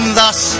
thus